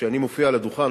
שאני מופיע על הדוכן,